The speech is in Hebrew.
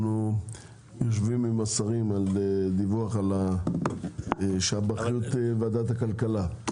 יושבים עם השרים על דיווח שבאחריות ועדת הכלכלה.